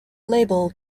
label